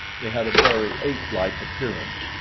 they had a very ape-like appearance,